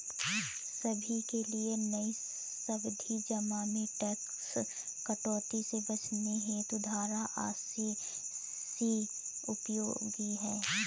सभी के लिए नई सावधि जमा में टैक्स कटौती से बचने हेतु धारा अस्सी सी उपयोगी है